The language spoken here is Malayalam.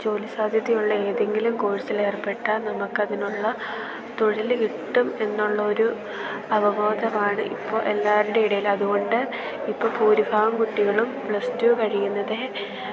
ജോലി സാധ്യതയുള്ള ഏതെങ്കിലും കോഴ്സിൽ ഏർപ്പെട്ടാൽ നമുക്ക് അതിനുള്ള തൊഴിൽ കിട്ടും എന്നുള്ള ഒരു അവബോധമാണ് ഇപ്പോൾ എല്ലാവരുടെയും ഇടയിൽ അതുകൊണ്ട് ഇപ്പം ഭൂരിഭാഗം കുട്ടികളും പ്ലസ് ടു കഴിയുന്നത്